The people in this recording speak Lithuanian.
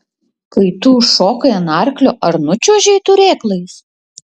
kai tu užšokai ant arklio ar nučiuožei turėklais